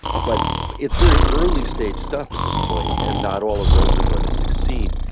but it's very early-stage stuff at this point and not all of those are going to succeed.